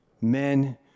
men